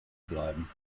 bleiben